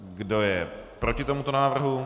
Kdo je proti tomuto návrhu?